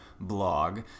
blog